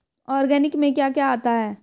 Organic में क्या क्या आता है?